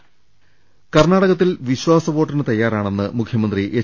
രദ്ദേഷ്ടങ കർണാടകത്തിൽ വിശ്വാസ വോട്ടിന് തയ്യാറാണെന്ന് മുഖ്യമന്ത്രി എച്ച്